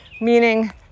Meaning